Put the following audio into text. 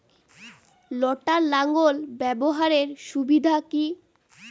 লটার লাঙ্গল ব্যবহারের সুবিধা কি?